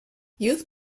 youth